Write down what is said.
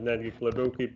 netgi labiau kaip